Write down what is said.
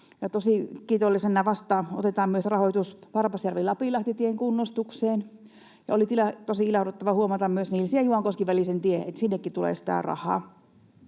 tosi kiitollisena vastaan otetaan myös rahoitus Varpaisjärvi—Lapinlahti-tien kunnostukseen, ja oli tosi ilahduttavaa huomata myös, että Nilsiä—Juankoski-väliselle tiellekin tulee sitä rahaa.